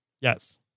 Yes